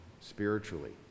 spiritually